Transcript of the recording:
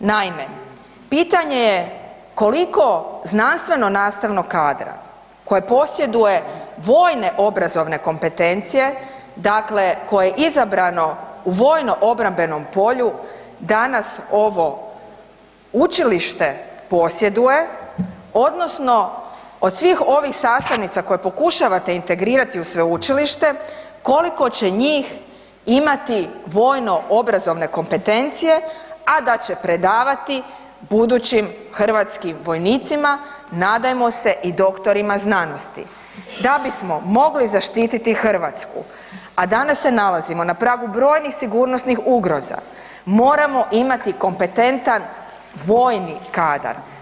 Naime, pitanje je koliko znanstveno-nastavnog kadra koje posjeduje vojne obrazovne kompetencije, dakle koje je izabrano u vojno-obrambenom polju, danas ovo učilište posjeduje odnosno o svih ovih sastavnica koje pokušavate integrirati u sveučilište, koliko će njih imati vojno-obrazovne kompetencije a da će predavati budućim hrvatskim vojnicima, nadajmo se i doktorima znanosti da bismo mogli zaštititi Hrvatsku a danas se nalazimo na pragu brojnih sigurnosnih ugroza, moramo imati kompetentan vojni kadar.